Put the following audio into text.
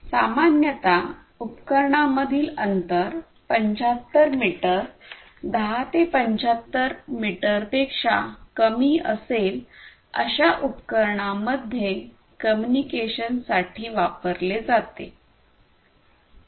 सामान्यत उपकरणांमधील अंतर 75 मीटर 10 ते 75 मीटर पेक्षा कमी असेल अशा उपकरणांमध्ये कम्युनिकेशन साठी वापरले जाते